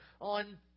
on